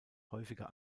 häufiger